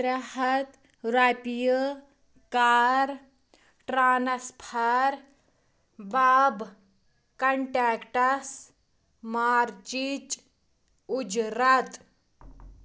ترٛےٚ ہتھ رۄپیہِ کَر ٹرٛانٕسفر بَب کنٹیکٹَس مارچِچ اُجرت